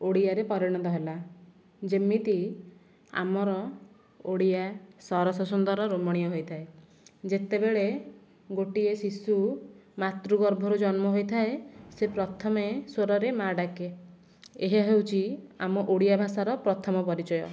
ଓଡ଼ିଆରେ ପରିଣତ ହେଲା ଯେମିତି ଆମର ଓଡ଼ିଆ ସରସ ସୁନ୍ଦର ରମଣୀୟ ହୋଇଥାଏ ଯେତେବେଳେ ଗୋଟିଏ ଶିଶୁ ମାତୃ ଗର୍ଭରୁ ଜନ୍ମ ହୋଇଥାଏ ସେ ପ୍ରଥମେ ସ୍ଵରରେ ମାଆ ଡାକେ ଏହା ହଉଛି ଆମ ଓଡ଼ିଆ ଭାଷାର ପ୍ରଥମ ପରିଚୟ